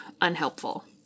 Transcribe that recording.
unhelpful